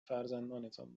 فرزندانتان